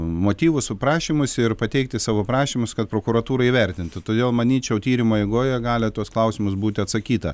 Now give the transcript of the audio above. motyvus su prašymais ir pateikti savo prašymus kad prokuratūra įvertintų todėl manyčiau tyrimo eigoje gali tuos klausimus būti atsakyta